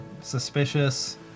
Suspicious